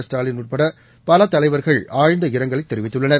ஸ்டாலின் உட்பட பல தலைவா்கள் ஆழ்ந்த இரங்கல் தெரிவித்துள்ளார்